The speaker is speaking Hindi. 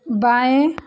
बाएँ